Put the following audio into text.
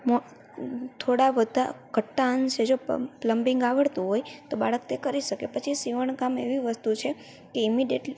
થોડા વધતા ઘટતા અંશે જો પ્લમ્બિંગ આવડતું હોય તો બાળક તે કરી શકે પછી સીવણકામ એવી વસ્તુ છે કે ઇમિડીયેટ